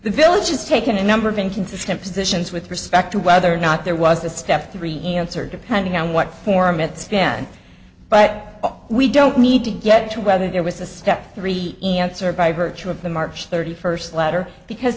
the village has taken a number of inconsistent positions with respect to whether or not there was a step three answer depending on what form it spent but we don't need to get into whether there was a step three months or by virtue of the march thirty first letter because